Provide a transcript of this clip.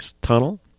tunnel